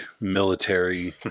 military